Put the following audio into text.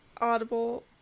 audible